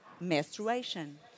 masturbation